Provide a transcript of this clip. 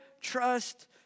trust